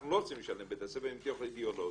אנחנו לא רוצים לשלם לבית הספר מתוך אידיאולוגיה,